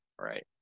Right